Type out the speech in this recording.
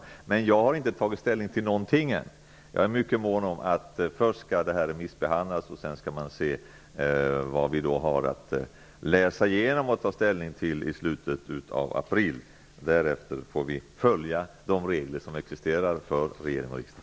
Jag har dock ännu inte tagit ställning till någonting. Jag är mycket mån om att detta först skall remissbehandlas. I slutet av april kan vi se vad som finns att läsa igenom och ta ställning till. Därefter har vi att följa de regler som gäller för regering och riksdag.